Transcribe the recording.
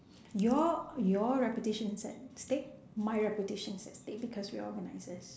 your your reputation is at stake my reputation is at stake because we're organizers